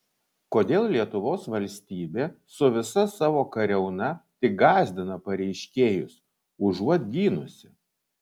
kodėl lietuvos valstybė su visa savo kariauna tik gąsdina pareiškėjus užuot gynusi